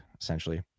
essentially